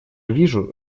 вижу